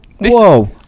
Whoa